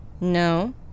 No